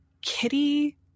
kitty